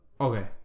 Okay